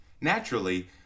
Naturally